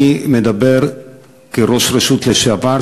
אני מדבר כראש רשות לשעבר,